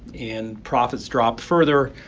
and profits dropped further.